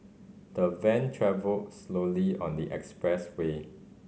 the van travelled slowly on the expressway